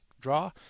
draw